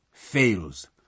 Fails